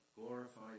Glorify